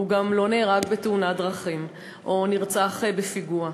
הוא גם לא נהרג בתאונת דרכים או נרצח בפיגוע.